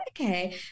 okay